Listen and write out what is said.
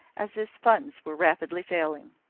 as his funds were rapidly failing.